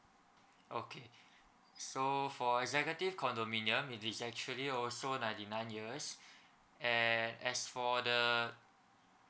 okay so for executive condominium it is actually also ninety nine years and as for